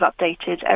updated